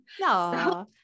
No